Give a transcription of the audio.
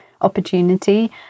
opportunity